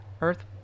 earth